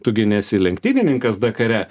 tu gi nesi lenktynininkas dakare